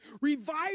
Revive